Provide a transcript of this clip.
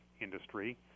industry